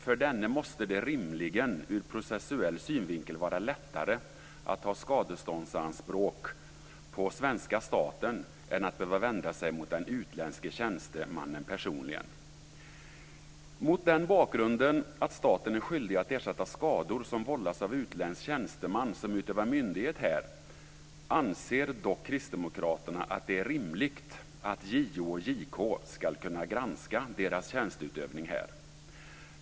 För denne måste det rimligen ur processuell synvinkel vara lättare att ha skadeståndsanspråk på svenska staten än att behöva vända sig till den utländske tjänstemannen personligen. Mot den bakgrunden, att staten är skyldig att ersätta skador som vållas av utländsk tjänsteman som utövar myndighet här, anser dock kristdemokraterna att det är rimligt att JO och JK ska kunna granska deras tjänsteutövning här.